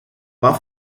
war